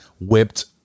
whipped